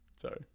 Sorry